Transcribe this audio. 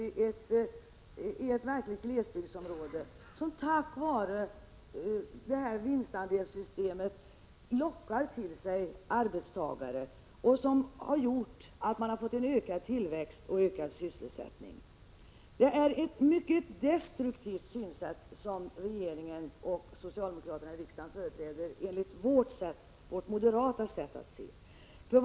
Sandvik t.ex., som har företag i verkliga glesbygdsområden, har tack vare vinstandelssystemet kunnat locka till sig arbetstagare, vilket gjort att man fått ökad tillväxt och ökad sysselsättning i dessa områden. Enligt vårt moderata sätt att se är det ett mycket destruktivt synsätt som regeringen och socialdemokraterna i riksdagen företräder.